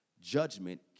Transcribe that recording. judgment